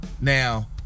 now